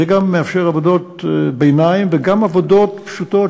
זה גם מאפשר עבודות ביניים וגם עבודות פשוטות